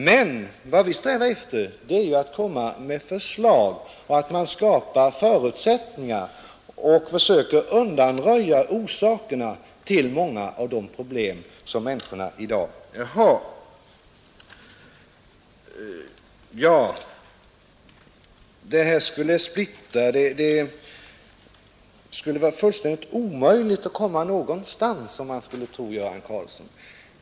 Men vad vi strävar efter är ju att komma med förslag, att skapa förutsättningar och försöka undanröja orsakerna till många av de problem som människorna i dag har. Detta skulle splittra och det skulle vara fullständigt omöjligt att komma någonstans, om man skulle tro herr Göran Karlsson.